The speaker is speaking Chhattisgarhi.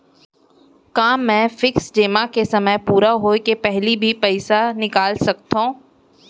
का मैं फिक्स जेमा के समय पूरा होय के पहिली भी पइसा निकाल सकथव?